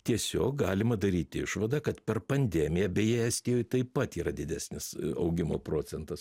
tiesiog galima daryt išvadą kad per pandemiją bei estijoj taip pat yra didesnis augimo procentas